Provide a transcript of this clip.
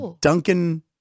Duncan